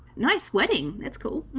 nice wedding that school,